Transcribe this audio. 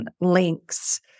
links